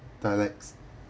dialects